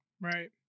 right